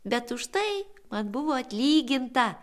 bet už tai man buvo atlyginta